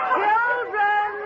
children